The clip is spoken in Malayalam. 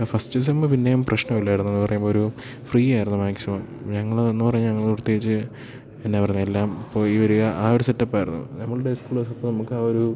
ആ ഫസ്റ്റ് സെം പിന്നെയും പ്രശ്നം ഇല്ലായിരുന്നു എന്ന് പറയുമ്പോൾ ഒരു ഫ്രീ ആയിരുന്നു മാക്സിമം ഞങ്ങളുടേത് എന്ന് പറഞ്ഞാൽ ഞങ്ങള് പ്രത്യേകിച്ച് എന്നാ പറഞ്ഞ എല്ലാം പോയി വരിക ആ ഒരു സെറ്റപ്പായിരുന്നു നമ്മളുടെ സ്കൂൾ അപ്പം നമുക്ക് ആ ഒരു